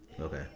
okay